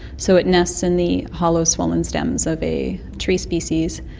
so it nests in the hollow, swollen stems of a tree species.